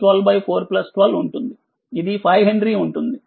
ఇది 5హెన్రీ ఉంటుంది